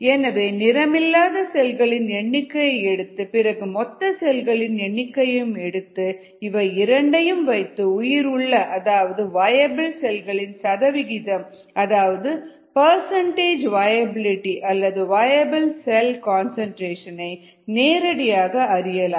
எனவே நிறமில்லாத செல்களின் எண்ணிக்கையை எடுத்து பிறகு மொத்த செல்களின் எண்ணிக்கையையும் எடுத்து இவை இரண்டையும் வைத்து உயிருள்ள அதாவது வயபிள் செல்களின் சதவிகிதம் அதாவது பர்சன்டேஜ் வியாபிலிடி அல்லது வயபிள் செல் கன்சன்ட்ரேஷன் நேரடியாக அறியலாம்